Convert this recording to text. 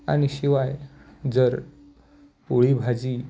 आणि शिवाय जर पोळीभाजी